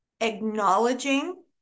Acknowledging